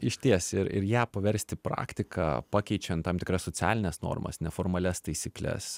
išties ir ir ją paversti praktika pakeičiant tam tikras socialines normas neformalias taisykles